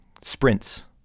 sprints